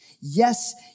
Yes